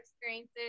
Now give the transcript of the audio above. experiences